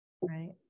Right